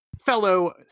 Fellow